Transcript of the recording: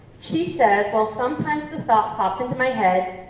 she says, well sometimes the thought popped into my head,